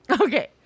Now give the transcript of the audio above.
Okay